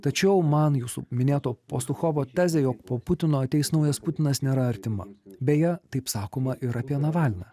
tačiau man jūsų minėto postuchovo tezė jog po putino ateis naujas putinas nėra artima beje taip sakoma ir apie navalną